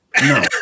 No